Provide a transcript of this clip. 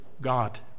God